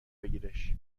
بگیرش